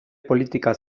politika